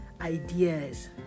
ideas